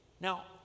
Now